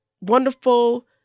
wonderful